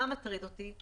מה מטריד אותי?